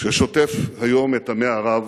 ששוטף היום את עמי ערב,